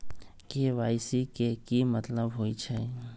KYC के कि मतलब होइछइ?